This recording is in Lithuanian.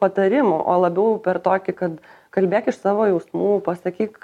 patarimų o labiau per tokį kad kalbėk iš savo jausmų pasakyk